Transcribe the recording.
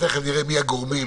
ותכף נראה מי הגורמים.